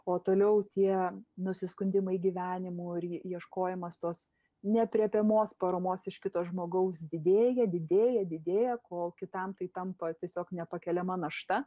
o toliau tie nusiskundimai gyvenimu ieškojimas tos neaprėpiamos paramos iš kito žmogaus didėja didėja didėja kol kitam tai tampa tiesiog nepakeliama našta